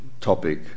topic